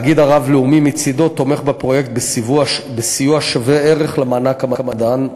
התאגיד הרב-לאומי מצדו תומך בפרויקט בסיוע שווה-ערך למענק המדען,